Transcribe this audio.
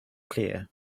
clear